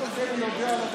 עד סוף יוני 2021,